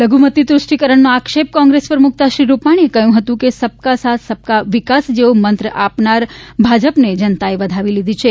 લઘુમતી તુષ્ટિકરણનો આક્ષેપ કોંગ્રેસ ઉપર મુકતા શ્રી રૂપાણીએ કહ્યું હતું કે સબકા સાથ સબકા વિકાસ જેવો મંત્ર આપનાર ભાજપને જનતાએ વધાવી લીધો છે